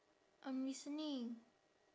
I'm listening